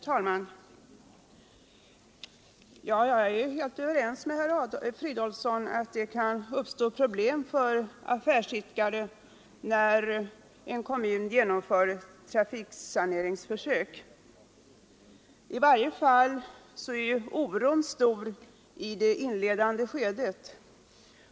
Herr talman! Jag är helt överens med herr Fridolfsson om att det kan uppstå problem för affärsidkare när en kommun genomför trafiksaneringsförsök. I varje fall är oron stor i det inledande skedet.